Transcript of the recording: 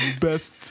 best